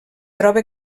troba